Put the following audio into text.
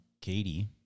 Katie